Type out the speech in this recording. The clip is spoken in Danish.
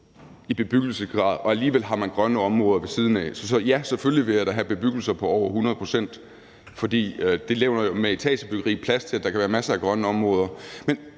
over 100 pct., og alligevel har man grønne områder ved siden af. Så ja, selvfølgelig vil jeg da have bebyggelser på over 100 pct., fordi det jo med etagebyggeri levner plads til, at der kan være masser af grønne områder.